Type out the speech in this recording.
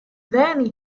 then